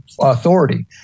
authority